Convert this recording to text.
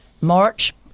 March